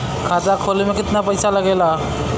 खाता खोले में कितना पैसा लगेला?